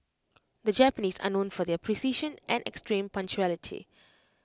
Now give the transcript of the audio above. the Japanese are known for their precision and extreme punctuality